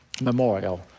memorial